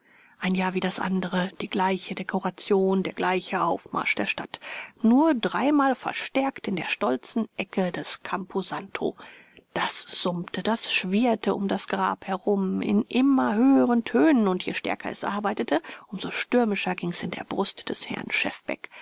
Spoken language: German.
ein jahr wie das andere die gleiche dekoration der gleiche aufmarsch der stadt nur dreimal verstärkt in der stolzen ecke des camposanto das summte das schwirrte um das grab herum in immer höheren tönen und je stärker es arbeitete umso stürmischer ging's in der brust des herrn